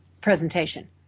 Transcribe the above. presentation